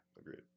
Agreed